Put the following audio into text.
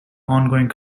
ongoing